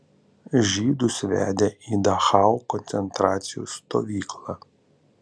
žydus vedė į dachau koncentracijos stovyklą